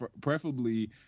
preferably